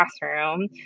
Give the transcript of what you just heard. classroom